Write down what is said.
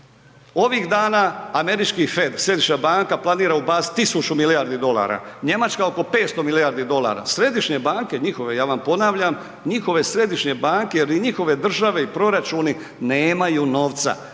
se ne razumije./... središnja banka planira ubacit 1000 milijardi dolara, njemačka oko 500 milijardi dolara, središnje banke njihove ja vam ponavljam, njihove središnje banke jer i njihove države i proračuni nemaju novca,